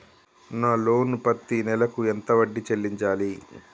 నా లోను పత్తి నెల కు ఎంత వడ్డీ చెల్లించాలి?